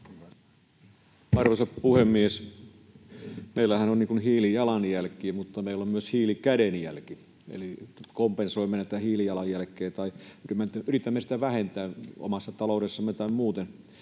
Arvoisa puhemies! Meillähän on hiilijalanjälki mutta meillä on myös hiilikädenjälki. Eli kompensoimme tätä hiilijalanjälkeä tai yritämme sitä vähentää omassa taloudessamme tai muuten,